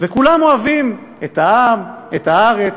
וכולם אוהבים את העם, את הארץ,